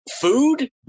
food